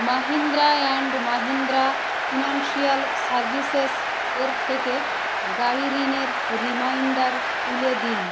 Mahindra and Mahindra financial services এর থেকে গাড়ি ঋণের রিমাইণ্ডার তুলে দিন